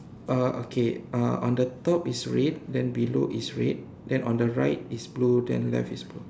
uh okay uh on the top is red then below is red then on the right is blue then left is blue